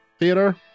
theater